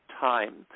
time